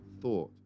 thought